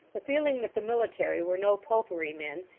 the feeling that the military were no-popery men,